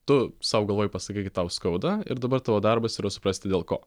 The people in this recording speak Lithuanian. tu sau galvoj pasakai kad tau skauda ir dabar tavo darbas yra suprasti dėl ko